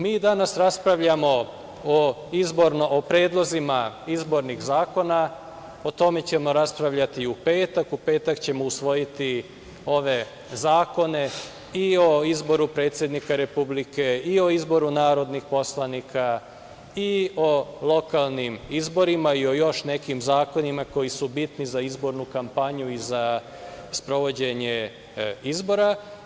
Mi danas raspravljamo o predlozima izbornih zakona, o tome ćemo raspravljati i u petak, u petak ćemo usvojiti ove zakone i o izboru predsednika Republike i o izboru narodnih poslanika i o lokalnim izborima i o još nekim zakonima koji su bitni za izbornu kampanju i za sprovođenje izbora.